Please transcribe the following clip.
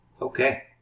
Okay